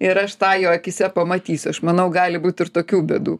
ir aš tą jo akyse pamatysiu aš manau gali būt ir tokių bėdų